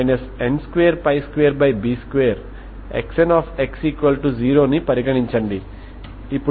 ఇప్పుడు మీరు Xnx n22b2Xnx0 ని పరిగణించండి